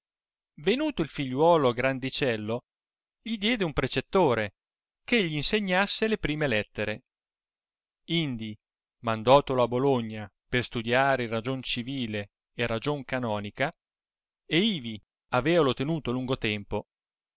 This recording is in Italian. il figliolo grandicello gli diede un precettore che gì insegnasse le prime lettere indi mandouo a bologna per studiare in ragion civile e ragion canonica e ivi avealo tenuto lungo tempo